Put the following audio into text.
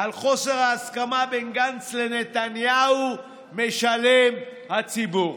על חוסר ההסכמה בין גנץ לנתניהו משלם הציבור.